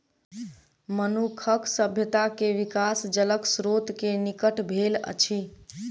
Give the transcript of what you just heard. मनुखक सभ्यता के विकास जलक स्त्रोत के निकट भेल अछि